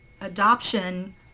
adoption